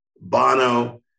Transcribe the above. Bono